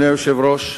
אדוני היושב-ראש,